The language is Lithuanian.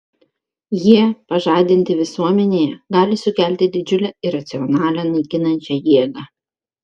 jie pažadinti visuomenėje gali sukelti didžiulę iracionalią naikinančią jėgą